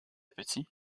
petit